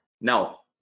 now